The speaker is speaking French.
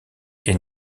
est